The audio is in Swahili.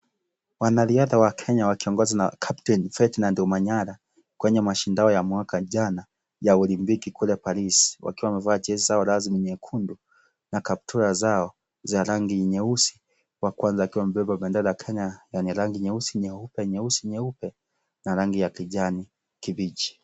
Wanariadha wa Kenya wakiongozwa na captain Ferdinand Omanyala kwenye mashindano ya mwaka jana ya olimpiki kule Paris, wakiwa wamevaa jezi zao rasmi nyekundu na kaptura zao za rangi nyeusi, wa kwanza akiwa amebeba bendera ya Kenya yenye rangi nyeusi nyeupe nyeusi nyeupe na rangi ya kijani kibichi.